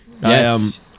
Yes